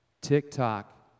TikTok